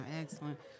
excellent